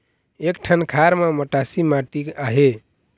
एक ठन खार म मटासी माटी आहे?